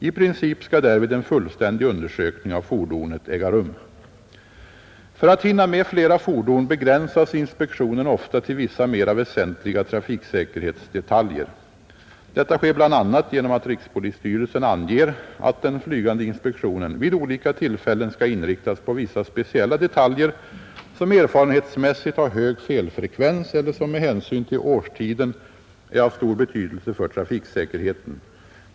I princip skall därvid en fullständig undersökning av fordonet äga rum. För att hinna med flera fordon begränsas inspektionen ofta till vissa mera väsentliga trafiksäkerhetsdetaljer. Detta sker bl.a. genom att rikspolisstyrelsen anger att den flygande inspektionen vid olika tillfällen skall inriktas på vissa speciella detaljer, som erfarenhetsmässigt har hög felfrekvens eller som med hänsyn till årstiden är av stor betydelse för trafiksäkerheten.